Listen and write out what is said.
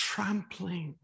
Trampling